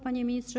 Panie Ministrze!